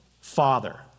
father